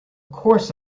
course